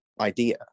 idea